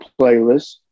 playlists